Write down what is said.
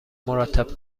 مرتب